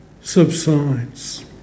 subsides